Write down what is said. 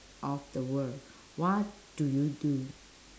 of the world what do you do